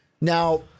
Now –